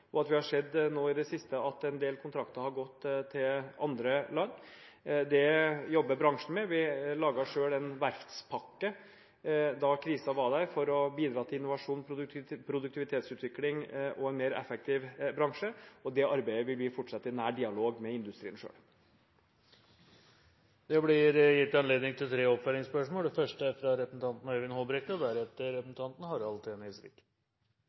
og at vi har sett nå i det siste at en del kontrakter har gått til andre land. Det jobber bransjen med. Vi laget selv en verftspakke da krisen var der, for å bidra til innovasjon, produktivitetsutvikling og en mer effektiv bransje, og det arbeidet vil vi fortsette med i nær dialog med industrien selv. Det blir gitt anledning til tre oppfølgingsspørsmål